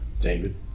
David